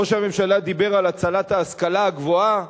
ראש הממשלה דיבר על הצלת ההשכלה הגבוהה.